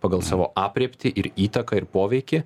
pagal savo aprėptį ir įtaką ir poveikį